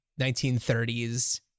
1930s